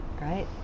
right